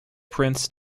prince